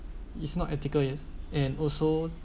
it's not ethical yet and also